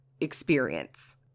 experience